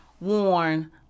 worn